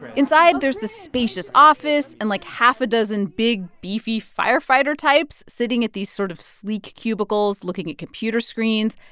inside, there's this spacious office and, like, half a dozen big, beefy firefighter types sitting at these sort of sleek cubicles, looking at computer screens.